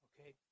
okay